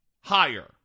higher